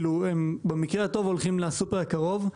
הם במקרה הטוב הולכים לסופר הקרוב,